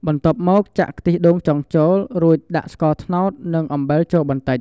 បន្ទាប់មកចាក់ ខ្ទិះដូងចុងចូល រួចដាក់ស្ករត្នោត និងអំបិលចូលបន្តិច។